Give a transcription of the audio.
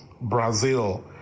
Brazil